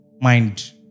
mind